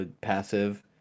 passive